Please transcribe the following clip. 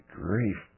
grief